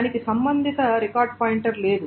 దానికి సంబంధిత record pointer లేదు